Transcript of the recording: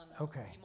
Okay